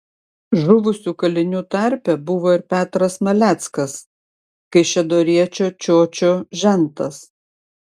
žuvusių kalinių tarpe buvo ir petras maleckas kaišiadoriečio čiočio žentas